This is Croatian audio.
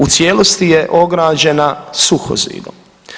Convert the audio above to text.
U cijelosti je ograđena suhozidom.